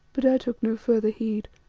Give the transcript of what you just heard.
but i took no further heed.